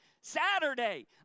Saturday